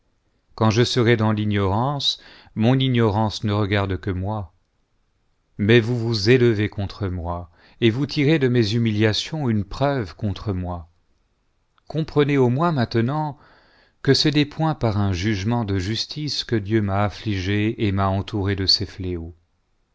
quand je serais dans l'ignorance mon ignorance ne regarde que moi mais vous vous élevez contre moi et vous tirez de mes humiliations une preuve contre moi comprenez au moins maintenant que ce n'est point par un jugement de justice que dieu m'a affligé et m'a entouré de ses fléaux